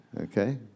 Okay